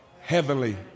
Heavenly